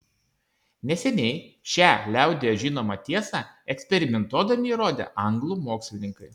neseniai šią liaudyje žinomą tiesą eksperimentuodami įrodė anglų mokslininkai